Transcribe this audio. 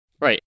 Right